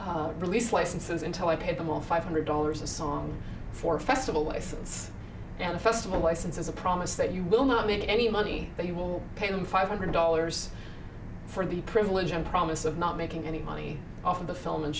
actual release licenses until i paid them all five hundred dollars a song for a festival license and the festival license is a promise that you will not make any money but you will pay them five hundred dollars for the privilege and promise of not making any money off of the film and